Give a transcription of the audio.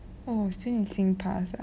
oh still need singpass